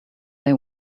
they